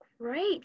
Great